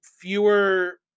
fewer